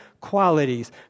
qualities